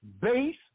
base